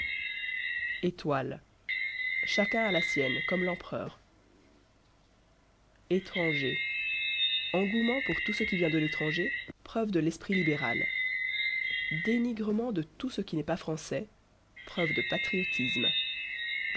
étoile chacun a la sienne comme l'empereur étranger engouement pour tout ce qui vient de l'étranger preuve de l'esprit libéral dénigrement de tout ce qui n'est pas français preuve de patriotisme